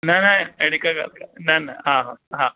न न अहिड़ी का ॻाल्हि कान्हे न न हा हा हा